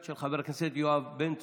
534, של חבר הכנסת יואב בן צור.